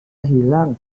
hilang